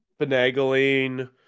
finagling